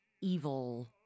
evil